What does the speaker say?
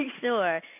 sure